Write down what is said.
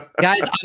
Guys